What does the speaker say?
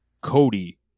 Cody